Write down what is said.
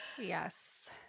Yes